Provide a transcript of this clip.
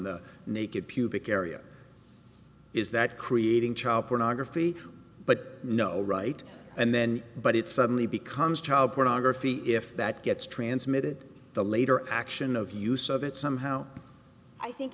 the naked pubic area is that creating child pornography but no right and then but it suddenly becomes child pornography if that gets transmitted the later action of use of it somehow i think